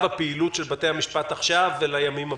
הפעילות של בתי המשפט עכשיו ולימים הבאים.